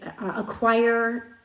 acquire